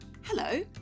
hello